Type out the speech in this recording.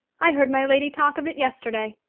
i heard my lady talk of it yesterday,